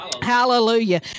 hallelujah